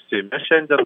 seime šiandien